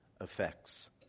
effects